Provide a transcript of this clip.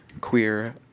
queer